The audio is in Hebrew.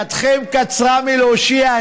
ידכם קצרה מלהושיע.